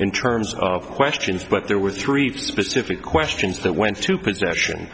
in terms of questions but there were three specific questions that went to confession